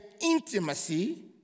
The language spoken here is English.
intimacy